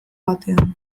batean